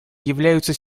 являются